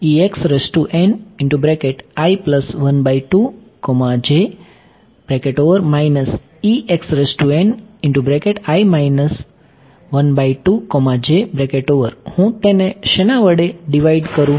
હું તેને શેના વડે ડીવાઈડ કરું